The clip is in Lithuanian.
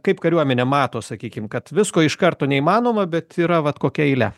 kaip kariuomenė mato sakykime kad visko iš karto neįmanoma bet yra vat kokia eile